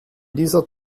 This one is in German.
dieser